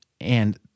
and-